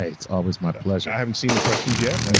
it's always my pleasure. i haven't seen the questions yet. and